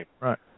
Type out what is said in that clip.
Right